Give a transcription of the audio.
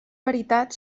veritat